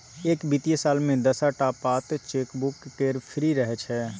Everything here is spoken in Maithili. एक बित्तीय साल मे दस टा पात चेकबुक केर फ्री रहय छै